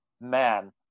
man